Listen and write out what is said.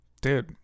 Dude